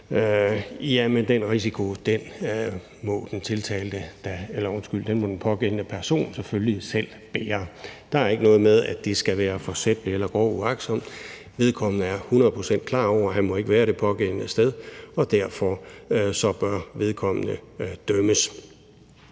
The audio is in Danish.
alkohol – må den pågældende person selvfølgelig selv bære. Der er ikke noget med, at det skal være forsætligt eller groft uagtsomt. Vedkommende er hundrede procent klar over, at han ikke må være det pågældende sted, og derfor bør vedkommende dømmes.